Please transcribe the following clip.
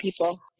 people